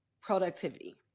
productivity